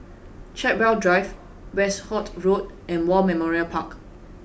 Chartwell Drive Westerhout Road and War Memorial Park